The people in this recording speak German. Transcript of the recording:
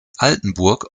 altenburg